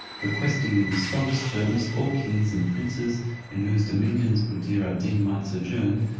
requesting in the strongest terms all kings and princes in whose dominions buddir ad deen might sojourn,